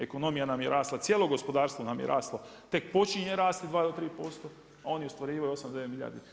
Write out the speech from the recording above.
Ekonomija nam je rasla, cijelo gospodarstvo nam je raslo tek počinje rasti dva do tri posto, a oni ostvaruju 8, 9 milijardi.